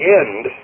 end